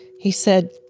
he said,